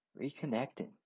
Reconnecting